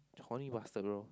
horny bastard loh